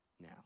now